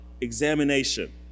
examination